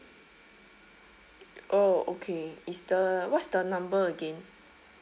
oh okay it's the what's the number again